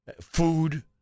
food